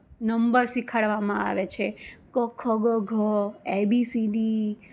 number શિખવાડવામાં આવે છે ક ખ ગ ઘ એબીસીડી